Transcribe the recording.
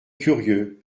curieux